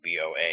BOA